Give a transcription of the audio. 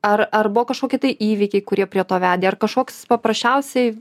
ar ar buvo kažkokie tai įvykiai kurie prie to vedė ar kažkoks paprasčiausiai